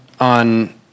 on